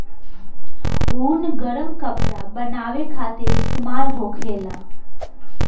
ऊन गरम कपड़ा बनावे खातिर इस्तेमाल होखेला